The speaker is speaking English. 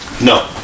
No